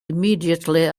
immediately